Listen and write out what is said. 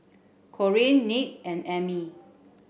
Corean Nick and Emmie